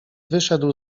wyszedł